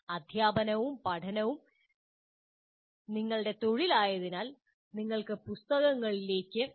അദ്ധ്യാപനവും പഠനവും നിങ്ങളുടെ തൊഴിലായതിനാൽ നിങ്ങൾക്ക് പുസ്തകങ്ങളിലേക്ക് പ്രവേശനം നേടാം